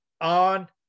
on